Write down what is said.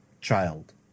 child